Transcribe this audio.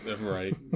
Right